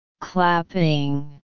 Clapping